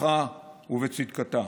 בכוחה ובצדקתה".